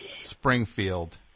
Springfield